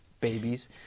babies